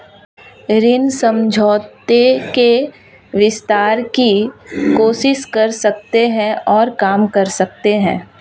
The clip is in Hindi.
ऋण समझौते के विस्तार की कोशिश कर सकते हैं और काम कर सकते हैं